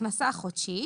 "הכנסה חודשית"